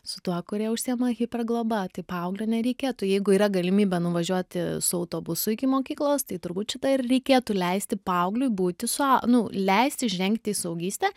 su tuo kurie užsiima hipergloba tai paauglio nereikėtų jeigu yra galimybė nuvažiuoti su autobusu iki mokyklos tai turbūt šitą ir reikėtų leisti paaugliui būti sua nu leisti žengti į suaugystę